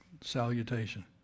salutation